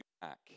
back